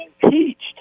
impeached